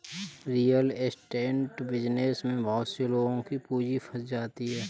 real estate business में बहुत से लोगों की पूंजी फंस जाती है